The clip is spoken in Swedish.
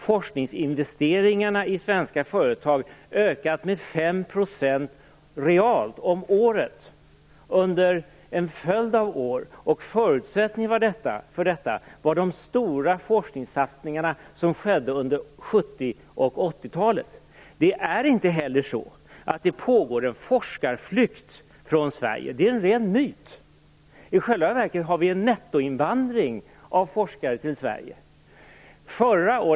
Forskningsinvesteringarna i svenska företag har ökat med 5 % om året under en följd av år. Förutsättningarna för detta var de stora forskningssatsningar som gjordes under 1970 och Det pågår inte heller någon forskarflykt från Sverige. Det är en myt. I själva verket har vi en nettoinvandring av forskare till Sverige.